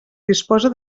disposa